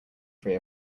free